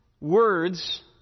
words